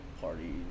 party